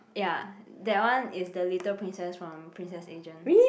ya that one is the little princess from Princess Agent